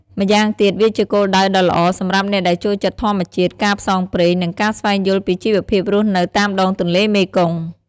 ម៉្យាងទៀត វាជាគោលដៅដ៏ល្អសម្រាប់អ្នកដែលចូលចិត្តធម្មជាតិ ការផ្សងព្រេង និងការស្វែងយល់ពីជីវភាពរស់នៅតាមដងទន្លេមេគង្គ។